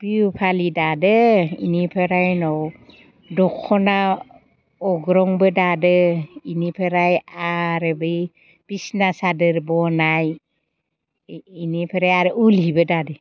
बिहु फालि दादों बेनिफोराय उनाव दखना अग्रंबो दादों बेनिफ्राय आरो बै बिसिना सादोर बनाय बेनिफ्राय आरो उल सिबो दादों